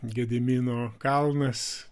gedimino kalnas